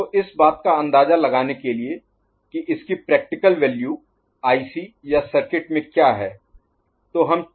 तो इस बात का अंदाजा लगाने के लिए कि इसकी प्रैक्टिकल Practical व्यावहारिक वैल्यू Value मूल्य आईसी या सर्किट में क्या हैं